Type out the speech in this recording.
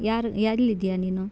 ಯಾರು ಎಲ್ಲಿದ್ದೀಯ ನೀನು